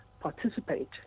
participate